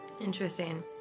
Interesting